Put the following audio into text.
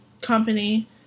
company